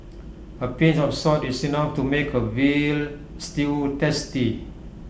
A pinch of salt is enough to make A Veal Stew tasty